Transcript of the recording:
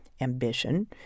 ambition